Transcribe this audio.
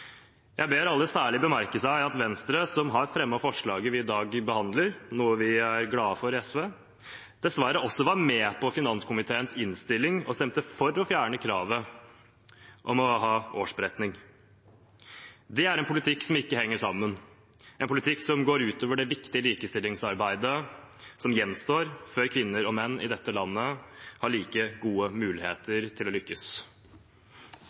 Jeg ber alle særlig merke seg at Venstre, som har fremmet forslaget vi i dag behandler – noe vi i SV var glade for – dessverre også var med på finanskomiteens innstilling og stemte for å fjerne kravet om å ha årsberetning. Det er en politikk som ikke henger sammen, en politikk som går ut over det viktige likestillingsarbeidet som gjenstår før kvinner og menn i dette landet har like gode muligheter til å lykkes.